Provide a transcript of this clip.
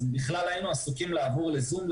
בכלל היינו עסוקים לעבור לזום,